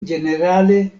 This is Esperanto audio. ĝenerale